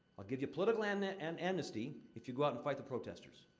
i'll give you political and and amnesty if you go out and fight the protestors.